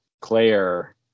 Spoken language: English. Claire